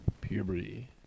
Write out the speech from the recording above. puberty